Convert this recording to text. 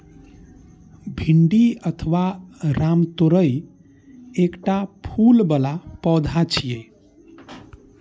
भिंडी अथवा रामतोरइ एकटा फूल बला पौधा छियै